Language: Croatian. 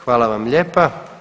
Hvala vam lijepa.